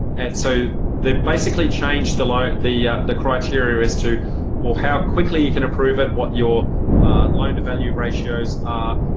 and so they've basically changed the like the criteria as to well how quickly you can approve it, what your loan to value ratios are,